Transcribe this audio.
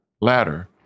ladder